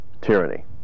tyranny